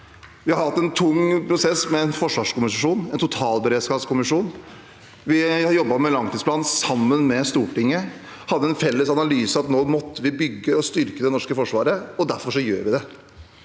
Vi har hatt en tung prosess med en forsvarskommisjon og en totalberedskapskommisjon. Vi har jobbet med langtidsplanen sammen med Stortinget. Vi hadde en felles analyse om at vi nå måtte bygge og styrke det norske forsvaret, og derfor gjør vi det.